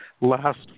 last